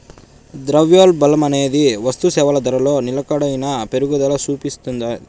ద్రవ్యోల్బణమనేది వస్తుసేవల ధరలో నిలకడైన పెరుగుదల సూపిస్తాది